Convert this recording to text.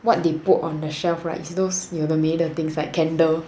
what they put on the shelf right is those 有的没的 things like the candle